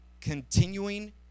continuing